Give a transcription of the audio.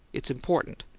it's important.